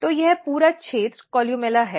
तो यह पूरा क्षेत्र कोलुमेला है